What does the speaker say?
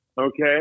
okay